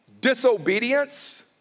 disobedience